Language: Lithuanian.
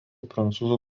prancūzų